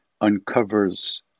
uncovers